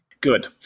Good